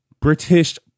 British